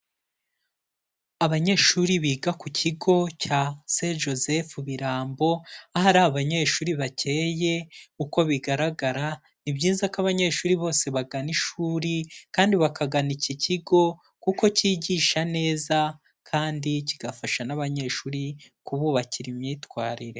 Abanyeshuri biga ku kigo cya St Joseph birambo, ahari abanyeshuri bakeye uko bigaragara, ni byiza ko abanyeshuri bose bagana ishuri kandi bakagana iki kigo kuko kigisha neza kandi kigafasha n'abanyeshuri kububakira imyitwarire.